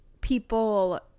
people